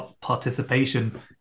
participation